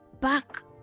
back